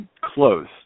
close